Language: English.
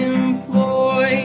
employ